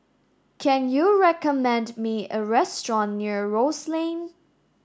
can you recommend me a restaurant near Rose Lane